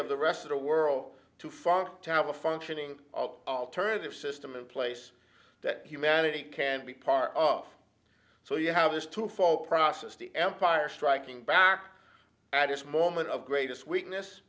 of the rest of the world to fuck to have a functioning of alternative system in place that humanity can be part of so you have this to follow christ as the empire striking back at his moment of greatest weakness